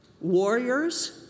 warriors